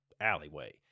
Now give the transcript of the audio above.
alleyway